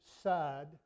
sad